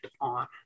on